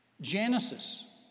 Genesis